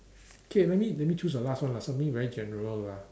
okay let me let me choose the last one something very general lah